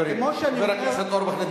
חבר הכנסת אורבך, אני מבקש לסיים.